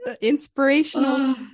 inspirational